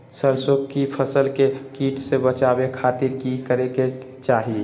सरसों की फसल के कीट से बचावे खातिर की करे के चाही?